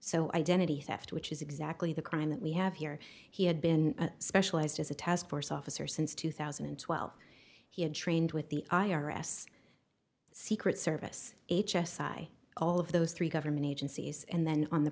so identity theft which is exactly the crime that we have here he had been specialized as a task force officer since two thousand and twelve he had trained with the i r s secret service h s i all of those three government agencies and then on the